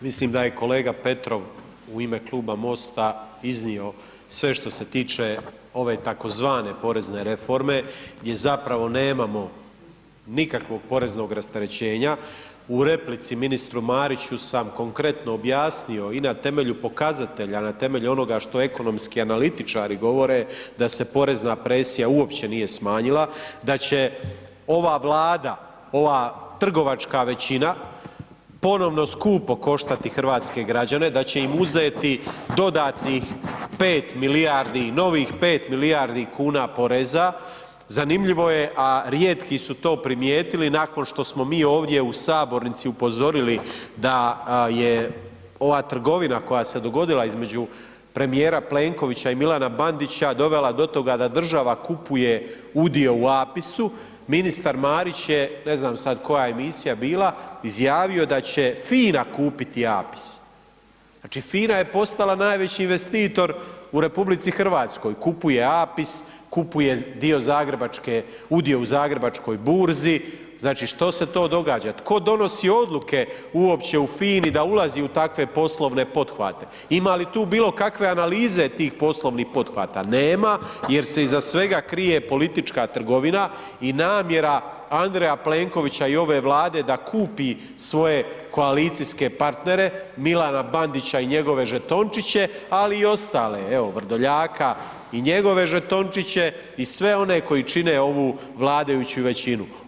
Mislim da je kolega Petrov u ime Kluba MOST-a iznio sve što se tiče ove tzv. porezne reforme gdje zapravo nemamo nikakvog poreznog rasterećenja, u replici ministru Mariću sam konkretno objasnio i na temelju pokazatelja, na temelju onoga što ekonomski analitičari govore da se porezna presija uopće nije smanjila, da će ova Vlada, ova trgovačka većina ponovo skupo koštati hrvatske građane, da će im uzeti dodatnih 5 milijardi, novih 5 milijardi kuna poreza, zanimljivo je, a rijetki su to primijetili nakon što smo mi ovdje u Sabornici upozorili da je ova trgovina koja se dogodila između premijera Plenkovića i Milana Bandića dovela do toga da država kupuje udio u APIS-u, ministar Marić je, ne znam sad koja je emisija bila, izjavio da će FINA kupiti APIS, znači FINA je postala najveći investitor u RH, kupuje APIS, kupuje dio zagrebačke, udio u Zagrebačkoj burzi, znači što se to događa, tko donosi odluke uopće u FINA-i da ulazi u takve poslovne pothvate, ima li tu bilo kakve analize tih poslovnih pothvata, nema jer se iza svega krije politička trgovina i namjera Andreja Plenkovića i ove Vlade da kupi svoje koalicijske partnere, Milana Bandića i njegove žetončiće, ali i ostale, evo Vrdoljaka i njegove žetončiće i sve one koji čine ovu vladajuću većinu.